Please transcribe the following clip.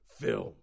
film